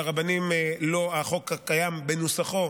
לרבנים, החוק הקיים בנוסחו,